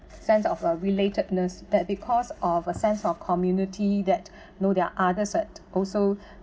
sense of uh relatedness that because of a sense of community that know there are others that also